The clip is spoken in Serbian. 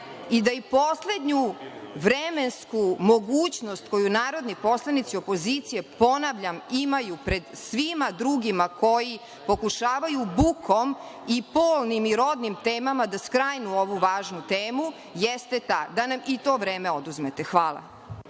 i da i poslednju vremensku mogućnost koju narodni poslanici opozicije, ponavljam, imaju pred svima drugima koji pokušavaju bukom i polnim i rodnim temama da skrajnu ovu važnu temu jeste ta da nam i to vreme oduzmete. Hvala.